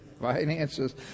finances